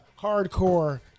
hardcore